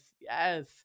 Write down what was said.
Yes